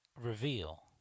reveal